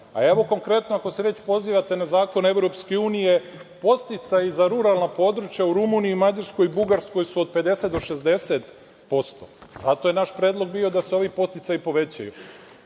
konkretno, ako se već pozivate na zakone EU, podsticaji za ruralna područja u Rumuniji, Mađarskoj i Bugarskoj su od 50 do 60%, a to je naš predlog bio da se ovi podsticaji povećaju.